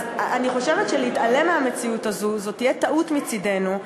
אז אני חושבת שלהתעלם מהמציאות הזאת זו תהיה טעות מצדנו.